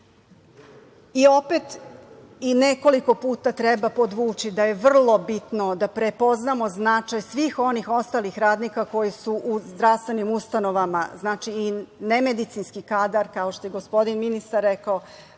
i nekoliko puta treba podvući da je vrlo bitno da prepoznamo značaj svih onih ostalih radnika koji su u zdravstvenim ustanovama. Znači, i nemedicinski kadar, kao što je gospodin ministar rekao.